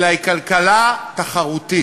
אלא היא כלכלה תחרותית.